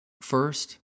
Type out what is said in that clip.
First